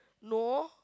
no